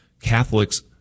Catholics